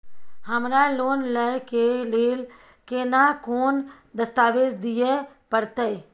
हमरा लोन लय के लेल केना कोन दस्तावेज दिए परतै?